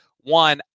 One